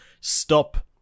stop